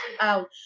Ouch